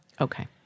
Okay